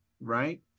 right